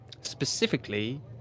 Specifically